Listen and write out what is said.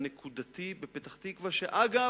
לא נפתר המשבר הנקודתי בפתח-תקווה, שאגב,